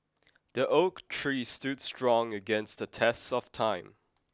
the oak tree stood strong against the test of time